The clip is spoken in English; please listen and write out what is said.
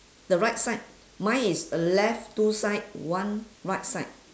the right side mine is uh left two side one right side